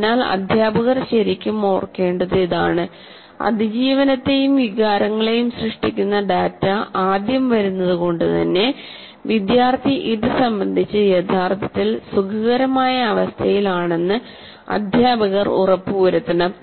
അതിനാൽ അധ്യാപകർ ശരിക്കും ഓർക്കേണ്ടത് ഇതാണ് അതിജീവനത്തെയും വികാരങ്ങളെയും സൃഷ്ടിക്കുന്ന ഡാറ്റ ആദ്യം വരുന്നത് കൊണ്ട് തന്നെ വിദ്യാർത്ഥി ഇത് സംബന്ധിച്ച് യഥാർത്ഥത്തിൽ സുഖകരമായ അവസ്ഥയിൽ ആണെന്ന് അധ്യാപകർ ഉറപ്പുവരുത്തണം